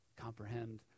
comprehend